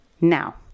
now